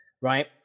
Right